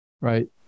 right